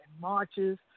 marches